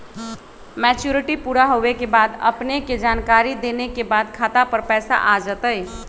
Maturity पुरा होवे के बाद अपने के जानकारी देने के बाद खाता पर पैसा आ जतई?